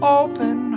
open